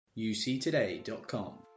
uctoday.com